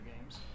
games